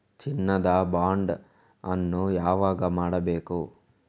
ಚಿನ್ನ ದ ಬಾಂಡ್ ಅನ್ನು ಯಾವಾಗ ಮಾಡಬೇಕು?